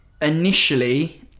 initially